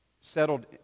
settled